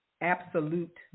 Absolute